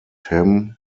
him